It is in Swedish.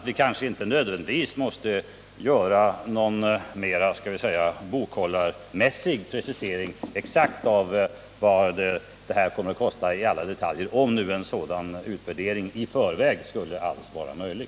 Vi behöver inte nödvändigtvis göra någon mer bokhållarmässig precisering av exakt vad Norgeavtalet här kommer att ”kosta” i alla detaljer, om nu en sådan utvärdering i förväg alls vore möjlig.